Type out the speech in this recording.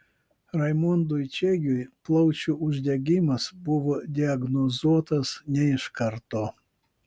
raimondui čiegiui plaučių uždegimas buvo diagnozuotas ne iš karto